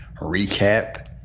recap